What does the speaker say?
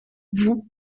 vous